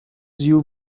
you